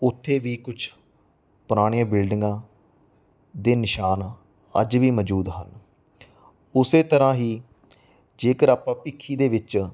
ਉੱਥੇ ਵੀ ਕੁਛ ਪੁਰਾਣੀਆਂ ਬਿਲਡਿੰਗਾਂ ਦੇ ਨਿਸ਼ਾਨ ਅੱਜ ਵੀ ਮੌਜੂਦ ਹਨ ਉਸੇ ਤਰ੍ਹਾਂ ਹੀ ਜੇਕਰ ਆਪਾਂ ਭਿੱਖੀ ਦੇ ਵਿੱਚ